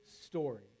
story